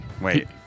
Wait